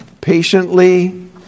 Patiently